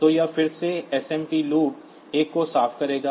तो यह फिर से समप लूप एक को साफ करेगा